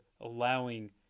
allowing